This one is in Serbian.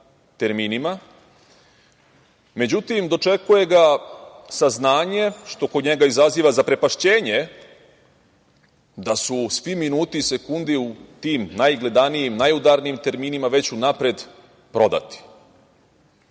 terminima. Međutim, dočekuje ga saznanje, što kod njega izaziva zaprepašćenje da su svi minuti i sekunde u tim najgledanijim, najudarnijim terminima već unapred